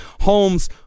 Holmes